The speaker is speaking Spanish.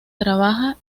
trabaja